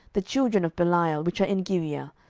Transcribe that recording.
the children of belial, which are in gibeah,